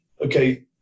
okay